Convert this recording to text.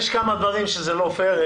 יש כמה דברים שזה לא פייר.